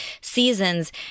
seasons